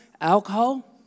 alcohol